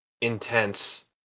intense